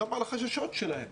גם על החששות שלהם,